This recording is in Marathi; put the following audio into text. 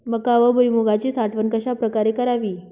मका व भुईमूगाची साठवण कशाप्रकारे करावी?